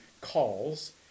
calls